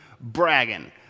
bragging